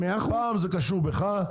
פעם זה קשור בך,